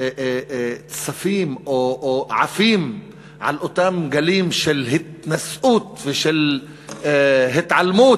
צפים או עפים על אותם גלים של התנשאות ושל התעלמות,